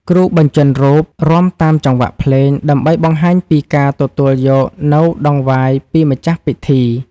គ្រូបញ្ជាន់រូបរាំតាមចង្វាក់ភ្លេង ដើម្បីបង្ហាញពីការទទួលយកនូវដង្វាយពីម្ចាស់ពិធី។